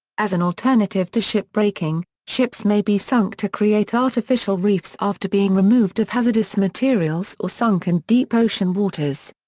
as an alternative to ship breaking, ships may be sunk to create artificial reefs after being removed of hazardous materials or sunk in deep ocean waters.